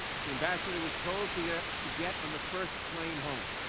the ambassador was told to yeah to get on the first plane home.